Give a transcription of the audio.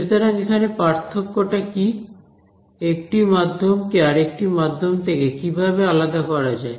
সুতরাং এখানে পার্থক্যটা কি একটি মাধ্যম কে আর একটি মাধ্যম থেকে কিভাবে আলাদা করা যায়